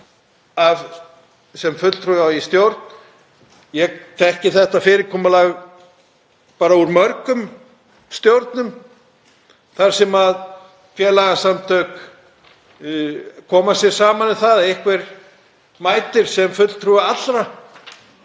sé fulltrúi í stjórn. Ég þekki þetta fyrirkomulag bara úr mörgum stjórnum þar sem félagasamtök koma sér saman um það að einhver mæti sem fulltrúi allra.